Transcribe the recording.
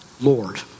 Lord